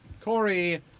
Corey